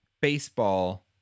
baseball